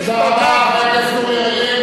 תודה רבה, חבר הכנסת אורי אריאל.